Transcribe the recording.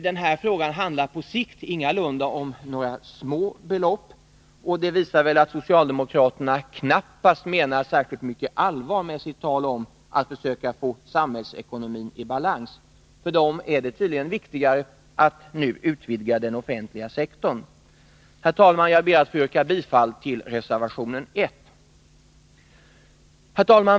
På sikt rör det sig ingalunda om några små belopp, och det visar att socialdemokraterna väl knappast menar allvar med sitt tal om att försöka få samhällsekonomin i balans. För dem är det tydligen viktigare att nu utvidga den offentliga sektorn. Herr talman! Jag ber att få yrka bifall till reservationen 1. Herr talman!